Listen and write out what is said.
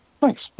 Thanks